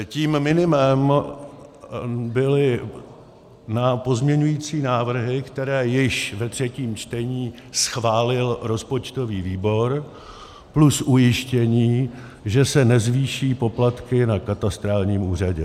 Tím minimem byly pozměňující návrhy, které již ve třetím čtení schválil rozpočtový výbor, plus ujištění, že se nezvýší poplatky na katastrálním úřadě.